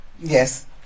yes